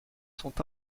sont